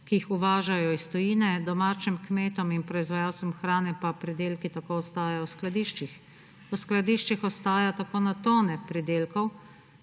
ki jih uvažajo iz tujine, domačim kmetom in proizvajalcem hrane pa pridelki tako ostajajo v skladiščih. V skladiščih tako ostaja na tone pridelkov,